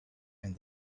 and